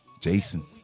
Jason